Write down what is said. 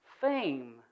fame